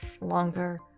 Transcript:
longer